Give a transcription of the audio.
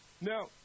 Now